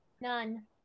None